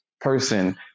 person